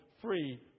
free